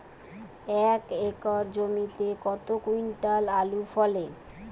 এক একর জমিতে কত কুইন্টাল আলু ফলে?